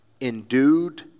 endued